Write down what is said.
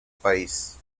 país